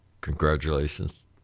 Congratulations